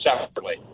separately